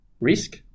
risk